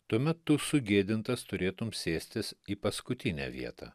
tuo metu sugėdintas turėtum sėstis į paskutinę vietą